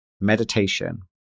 Meditation